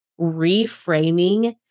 reframing